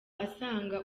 asanga